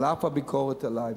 על אף הביקורת עלי,